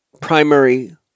primary